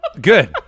Good